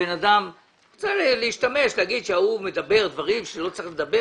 אפשר לומר שההוא אומר דברים שלא צריך לומר,